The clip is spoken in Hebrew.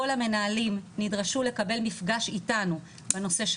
כל המנהלים נדרשו לקבל מפגש איתנו בנושא של